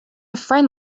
friend